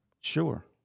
Sure